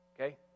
Okay